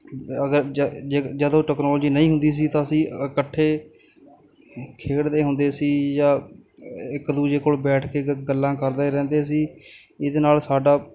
ਅਗਰ ਜ ਜੇ ਜਦੋਂ ਟਕਨੋਲਜੀ ਨਹੀਂ ਹੁੰਦੀ ਸੀ ਤਾਂ ਅਸੀਂ ਇਕੱਠੇ ਖੇਡਦੇ ਹੁੰਦੇ ਸੀ ਜਾਂ ਇੱਕ ਦੂਜੇ ਕੋਲ ਬੈਠ ਕੇ ਗ ਗੱਲਾਂ ਕਰਦੇ ਰਹਿੰਦੇ ਸੀ ਇਹਦੇ ਨਾਲ ਸਾਡਾ